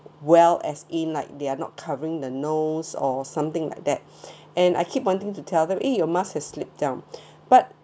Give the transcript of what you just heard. well as A night they are not covering the nose or something like that and I keep wanting to tell them eh your mask have slipped down but